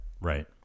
Right